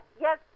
yes